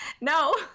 No